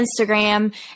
Instagram